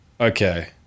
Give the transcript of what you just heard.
okay